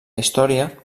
història